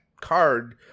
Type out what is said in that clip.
card